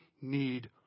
need